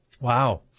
Wow